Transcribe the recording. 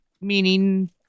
meaning